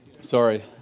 Sorry